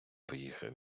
поїхав